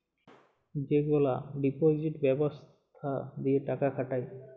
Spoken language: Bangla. যেগলা ডিপজিট ব্যবস্থা দিঁয়ে টাকা খাটায়